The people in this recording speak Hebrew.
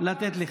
לתת לך.